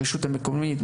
הרשות המקומית,